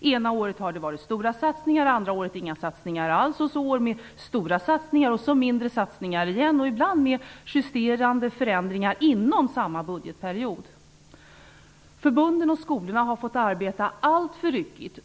Ena året har det varit stora satsningar, andra året inga satsningar alls, sedan år med stora satsningar och sedan mindre satsningar igen, ibland med justerande förändringar inom samma budgetperiod. Förbunden och skolorna har fått arbeta alltför ryckigt.